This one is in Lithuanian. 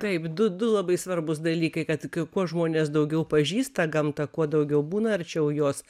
taip du du labai svarbūs dalykai kad kuo žmonės daugiau pažįsta gamtą kuo daugiau būna arčiau jos